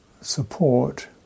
support